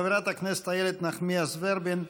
חברת הכנסת איילת נחמיאס ורבין,